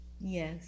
yes